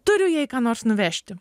turiu jai ką nors nuvežti